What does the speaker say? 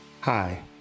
Hi